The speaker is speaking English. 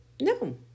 no